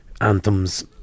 anthems